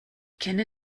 kenne